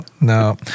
No